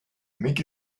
make